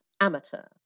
amateur